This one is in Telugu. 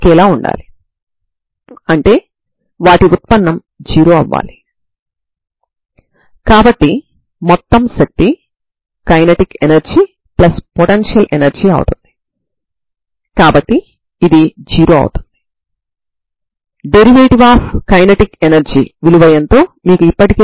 గణిత శాస్త్ర పరంగా ఇది యూనిఫార్మ్లీ కన్వెర్జెంట్ అని మరియు ప్రారంభ సమాచారం పై నిర్దిష్ట నియమాలు ఉన్నాయని తెలుసు